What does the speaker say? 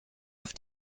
auf